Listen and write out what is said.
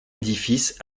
édifice